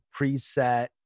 preset